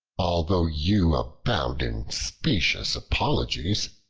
although you abound in specious apologies,